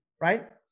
right